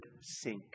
sink